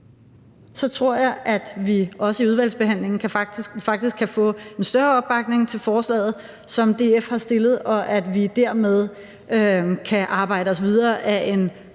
så tror jeg, at vi også i udvalgsbehandlingen faktisk kan få en større opbakning til forslaget, som DF har fremsat, og at vi dermed kan arbejde videre ud ad